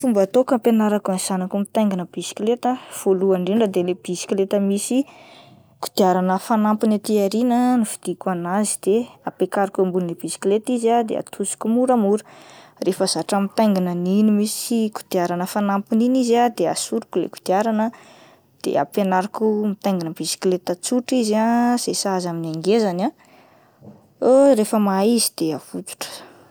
Fomba ataoko ampianarako ny zanako mitaingina bisikileta voalohany indrindra de ilay bisikileta misy kodiarana fanampiny aty aoriana novidiko anazy de ampiakariko eo ambonin'ny ilay bisikileta izy ah de atosiko moramora, rehefa zatra mitaingina an'iny misy kodiarana fanampiny iny izy ah de asoroko ilay kodiarana de ampianariko mitaingina bisikileta tsotra izy ah izay sahaza amin'ny angezany ah, rehefa mahay izy de avotsotra.